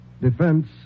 defense